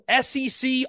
SEC